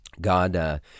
God